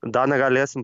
daną galėsim